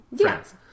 friends